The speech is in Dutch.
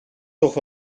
toch